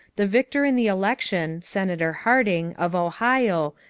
the victor in the election, senator harding, of ohio,